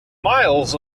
miles